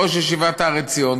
ראש ישיבת הר עציון,